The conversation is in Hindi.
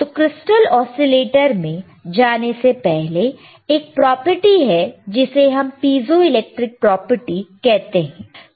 तो क्रिस्टल ओसीलेटर मैं जाने से पहले एक प्रॉपर्टी है जिसे हम पीजोइलेक्ट्रिक प्रॉपर्टी कहते हैं